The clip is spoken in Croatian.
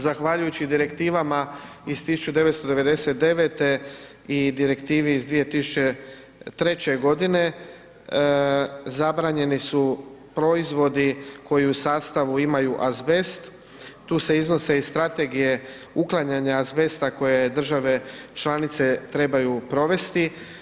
Zahvaljujući Direktivama iz 1999. i Direktivi iz 2003.g. zabranjeni su proizvodi koji u sastavu imaju azbest, tu se iznose i strategije uklanjanja azbesta koje države članice trebaju provesti.